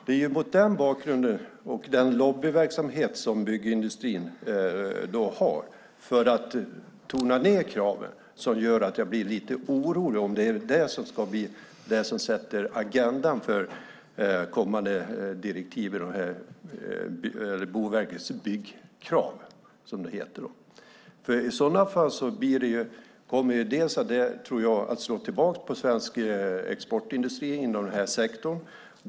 Det är den bakgrunden och byggindustrins lobbyverksamhet för att tona ned kraven som gör att jag blir lite orolig för att det ska bli det som sätter agendan för kommande direktiv när det gäller Boverkets byggkrav, som det heter. Jag tror att det i så fall slår tillbaka mot svensk exportindustri inom sektorn.